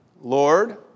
Lord